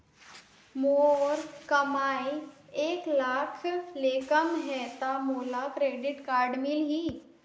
मोर कमाई एक लाख ले कम है ता मोला क्रेडिट कारड मिल ही?